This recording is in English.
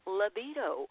libido